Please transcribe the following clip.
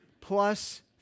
plus